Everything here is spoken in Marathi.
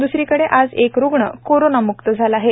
दुसरीकडे आजच एक रुग्ण कोरोनामुक्त झाला आहे